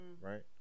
right